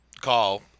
call